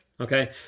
Okay